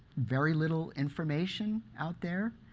very little information out there